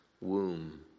womb